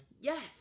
Yes